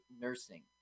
nursing